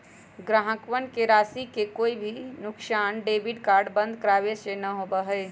ग्राहकवन के राशि के कोई भी नुकसान डेबिट कार्ड बंद करावे से ना होबा हई